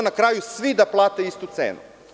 Onda na kraju svi da plate istu cenu.